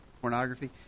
pornography